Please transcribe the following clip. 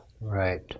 Right